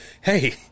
Hey